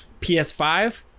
PS5